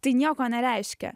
tai nieko nereiškia